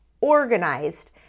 organized